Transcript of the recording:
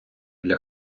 для